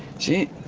shit!